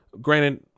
Granted